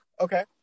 Okay